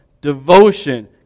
devotion